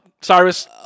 Cyrus